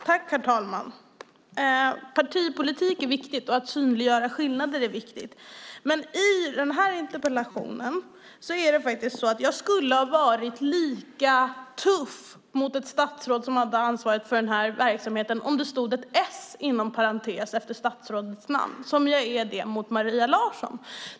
Herr talman! Partipolitik är viktigt, och att synliggöra skillnader är viktigt. I denna interpellationsdebatt skulle jag dock ha varit lika tuff mot ett statsråd som var ansvarigt för denna verksamhet och hade ett s inom parentes efter sitt namn som jag är mot Maria Larsson.